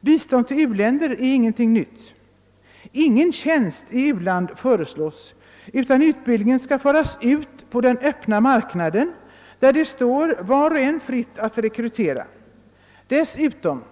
Bistånd till u-länder är ingenting nytt. Ingen tjänst i u-land föreslås, utan utbildningen skall föras ut på den öppna marknaden, där det står var och en fritt att rekrytera. Dessutom är att märka, ati